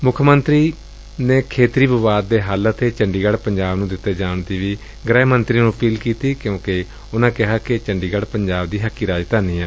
ਮੁੱਖ ਮੰਤਰੀ ਨੇ ਖੇਤਰੀ ਵਿਵਾਦ ਦੇ ਹੱਲ ਅਤੇ ਚੰਡੀਗੜ ਪੰਜਾਬ ਨੇ ਦਿੱਤੇ ਜਾਣ ਦੀ ਵੀ ਗ੍ਰਹਿ ਮੰਤਰੀ ਨੇੰ ਅਪੀਲ ਕੀਤੀ ਐ ਕਿਉਂਕਿ ਚੰਡੀਗੜ ਪੰਜਾਬ ਦੀ ਹੱਕੀ ਰਾਜਧਾਨੀ ਏ